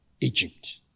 Egypt